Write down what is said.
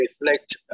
reflect